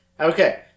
Okay